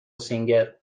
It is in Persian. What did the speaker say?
سینگر